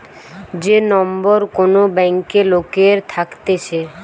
যে নম্বর কোন ব্যাংকে লোকের থাকতেছে